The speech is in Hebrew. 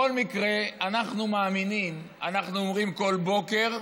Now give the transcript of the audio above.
בכל מקרה, אנחנו מאמינים, אנחנו אומרים כל בוקר: